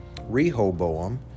Rehoboam